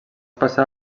passà